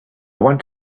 want